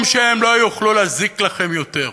שממנו הם לא יוכלו להזיק לכם יותר.